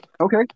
Okay